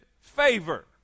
favor